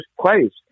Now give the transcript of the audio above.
place